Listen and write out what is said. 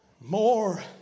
More